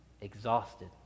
exhausted